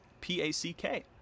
P-A-C-K